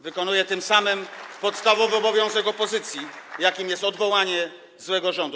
Wykonuję tym samym podstawowy obowiązek opozycji, jakim jest odwołanie złego rządu.